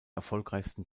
erfolgreichsten